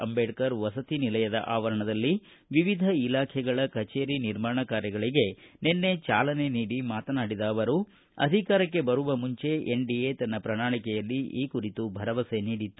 ಅಂದೇಡ್ತರ ವಸತಿ ನಿಲಯದ ಆವರಣದಲ್ಲಿ ವಿವಿಧ ಇಲಾಖೆಯ ಕಚೇರಿಗಳ ನಿರ್ಮಾಣ ಕಾಮಗಾರಿಗಳಿಗೆ ಚಾಲನೆ ನೀಡಿ ಮಾತನಾಡಿದ ಅವರು ಅಧಿಕಾರಕ್ಕೆ ಬರುವ ಮುಂಚೆ ಎನ್ಡಿಎ ತನ್ನ ಪ್ರಣಾಳಿಕೆಯಲ್ಲಿ ಈ ಕುರಿತು ಭರವಸೆ ನೀಡಿತ್ತು